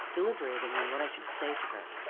deliberating on what i should say to her,